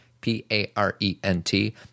P-A-R-E-N-T